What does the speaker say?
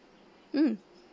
mm